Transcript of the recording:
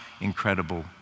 incredible